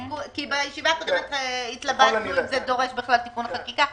בישיבה הקודמת התלבטנו אם זה דורש תיקון חקיקה.